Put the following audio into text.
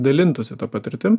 dalintųsi patirtim